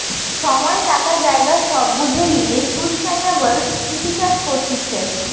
সময়, টাকা, জায়গা সব বুঝে লিয়ে সুস্টাইনাবল কৃষি চাষ করতিছে